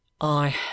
I